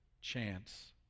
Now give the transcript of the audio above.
chance